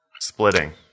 splitting